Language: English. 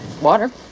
water